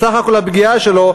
בסך הכול הפגיעה שלו,